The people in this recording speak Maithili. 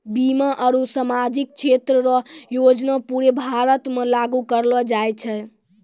बीमा आरू सामाजिक क्षेत्र रो योजना पूरे भारत मे लागू करलो जाय छै